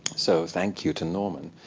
so thank you to norman,